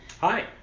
Hi